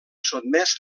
sotmès